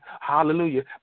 Hallelujah